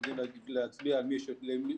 אנחנו יודעים להצביע על מי שיש לו יתרון